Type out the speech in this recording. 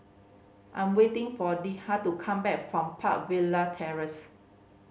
I ' m waiting for Litha to come back from Park Villas Terrace